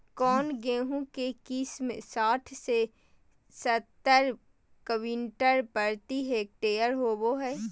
कौन गेंहू के किस्म साठ से सत्तर क्विंटल प्रति हेक्टेयर होबो हाय?